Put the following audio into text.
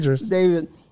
David